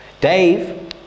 Dave